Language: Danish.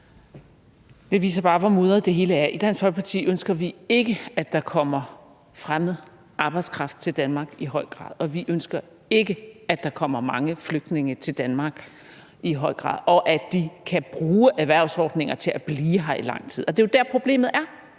Det viser bare, hvor mudret det hele er. I Dansk Folkeparti ønsker vi ikke, at der kommer fremmed arbejdskraft til Danmark i høj grad, og vi ønsker ikke, at der kommer mange flygtninge til Danmark i høj grad, og at de kan bruge erhvervsordninger til at blive her i lang tid. Og det er jo der, problemet er: